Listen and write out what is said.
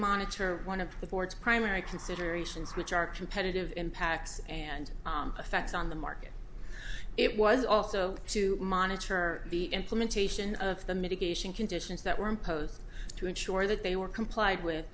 monitor one of the board's primary considerations which are competitive impacts and effects on the market it was also to monitor the implementation of the mitigation conditions that were imposed to ensure that they were complied with